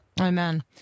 Amen